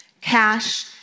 Cash